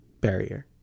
barrier